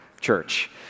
church